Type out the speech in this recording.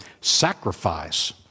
Sacrifice